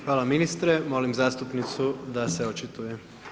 Hvala ministre, molim zastupnicu da se očituje.